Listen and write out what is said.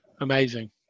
Amazing